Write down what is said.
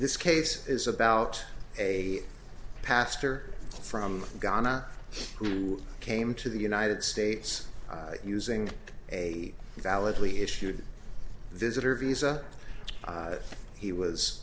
this case is about a pastor from ghana who came to the united states using a validly issued visitor visa he was